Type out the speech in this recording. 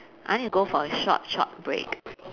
I need to go for a short short break